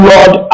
Lord